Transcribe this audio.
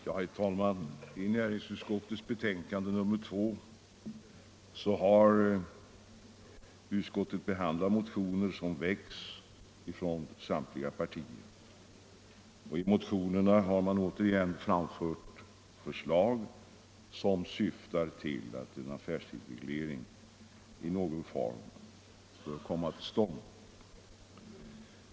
Herr talman! I näringsutskottets betänkande nr 2 har utskottet behandlat motioner som väckts från så gott som samtliga partier. I motionerna har återigen framförts förslag som syftar till att en affärstidsreglering i någon form bör komma till stånd.